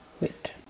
wait